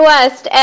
West